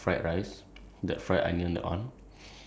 I started discovering um this